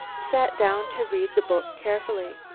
sat down to read the book carefully.